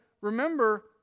remember